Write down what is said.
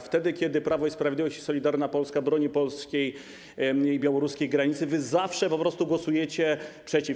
Wtedy kiedy Prawo i Sprawiedliwość i Solidarna Polska bronią polskiej i białoruskiej granicy, wy zawsze po prostu głosujecie przeciw.